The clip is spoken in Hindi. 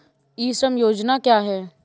ई श्रम योजना क्या है?